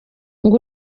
ngo